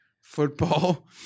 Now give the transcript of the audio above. Football